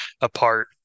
apart